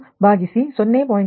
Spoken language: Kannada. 98305 ಕೋನ ಮೈನಸ್ 1